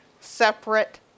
separate